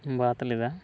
ᱵᱟᱫᱽ ᱞᱮᱫᱟ